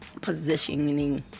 positioning